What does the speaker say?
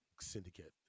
syndicate